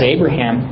Abraham